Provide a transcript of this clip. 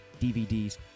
DVDs